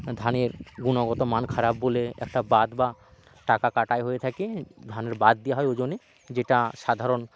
ধানের গুণগত মান খারাপ বলে একটা বাদ বা টাকা কাটা হয়ে থাকে ধানের বাদ দেওয়া হয় ওই জন্যে যেটা সাধারণ